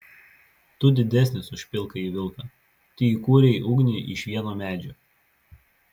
tu didesnis už pilkąjį vilką tu įkūrei ugnį iš vieno medžio